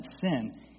sin